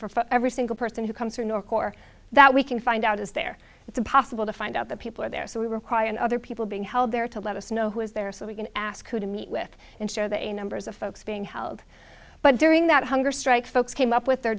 for every single person who comes in or core that we can find out is there it's a pos well to find out the people are there so we require and other people being held there to let us know who is there so we can ask you to meet with ensure they numbers of folks being held but during that hunger strike folks came up with their